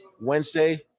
Wednesday